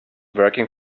working